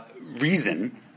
reason